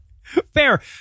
Fair